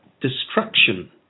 Destruction